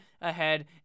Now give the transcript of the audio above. ahead